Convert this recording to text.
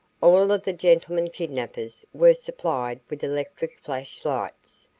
all of the gentlemen kidnappers were supplied with electric flash lights,